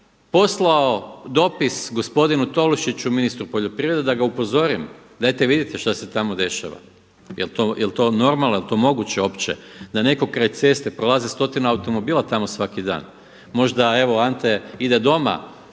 Poslao dopis gospodinu Tolušiću i ministru poljoprivrede da ga upozorim, dajte vidite šta se tamo dešava, je li to normalno, je li to moguće uopće da netko kraj ceste prolazi stotinu automobila tamo svaki dan, možda evo Ante ide doma